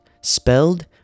Spelled